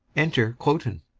enter cloten